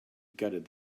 gutted